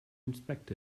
inspect